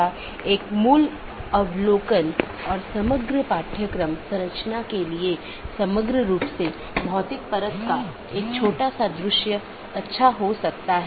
यह एक बड़े आईपी नेटवर्क या पूरे इंटरनेट का छोटा हिस्सा है